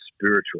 spiritual